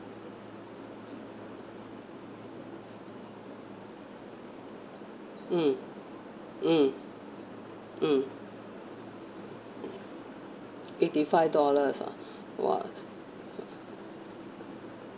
mm mm mm eighty five dollars ah !wah!